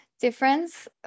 difference